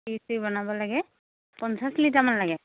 বনাব লাগে পঞ্চাছ লিটাৰমান লাগে